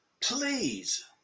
please